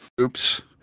oops